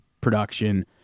production